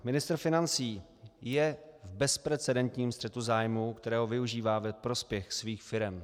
Ministr financí je v bezprecedentním střetu zájmů, kterého využívá ve prospěch svých firem.